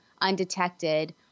undetected